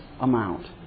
amount